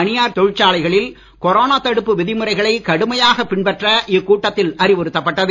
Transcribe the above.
தனியார் தொழிற்சாலைகளில் கொரோனா தடுப்பு விதிமுறைகளை கடுமையாக பின்பற்ற இக்கூட்டத்தில் அறிவுறுத்தப்பட்டது